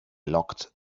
locked